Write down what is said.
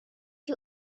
you